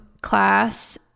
class